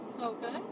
Okay